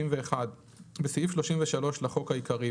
61. בסעיף 33 לחוק העיקרי,